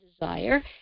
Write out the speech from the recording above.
desire